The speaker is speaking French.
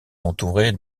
entourée